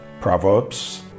Proverbs